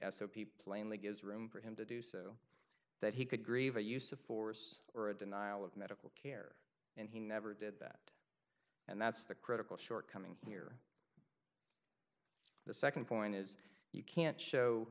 p plainly gives room for him to do so that he could grieve a use of force or a denial of medical care and he never did that and that's the critical shortcoming here the second point is you can't show